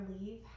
leave